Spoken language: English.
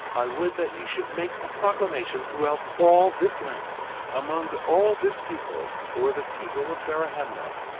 i would that ye should make a proclamation throughout all this land among all this people, or the people of zarahemla,